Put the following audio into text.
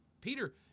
Peter